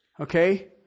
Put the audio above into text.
Okay